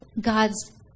God's